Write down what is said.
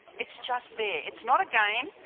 it's just there, it's not a game,